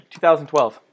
2012